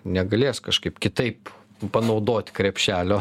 negalės kažkaip kitaip panaudot krepšelio